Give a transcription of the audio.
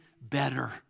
better